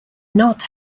not